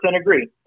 agree